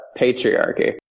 patriarchy